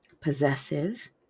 possessive